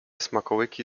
smakołyki